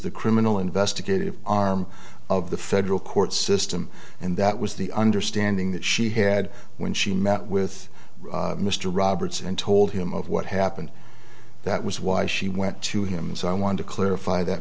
the criminal investigative arm of the federal court system and that was the understanding that she had when she met with mr roberts and told him of what happened that was why she went to him so i want to clarify that